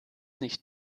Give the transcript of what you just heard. nicht